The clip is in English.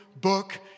book